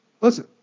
listen